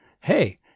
hey